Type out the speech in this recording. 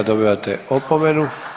Dobivate opomenu.